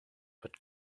but